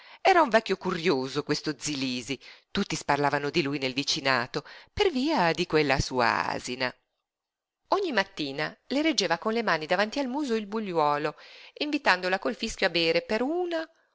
era un vecchio curioso questo zi lisi tutti sparlavano di lui nel vicinato per via di quella sua asina ogni mattina le reggeva con le mani davanti al muso il bugliolo invitandola col fischio a bere per una